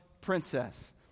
princess